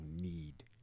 need